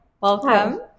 Welcome